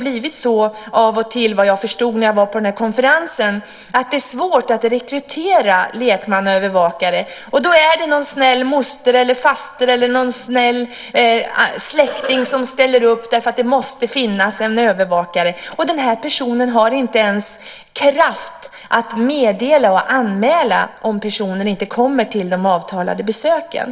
Såvitt jag förstod när jag var på denna konferens är det av och till svårt att rekrytera lekmannaövervakare. Då är det någon snäll moster, faster eller släkting som ställer upp därför att det måste finnas en övervakare. Den här personen har inte ens kraft att meddela och anmäla om personen inte kommer till de avtalade besöken.